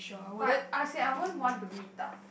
but I say I won't want to meet up